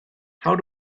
how